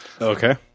Okay